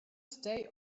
stay